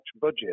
budget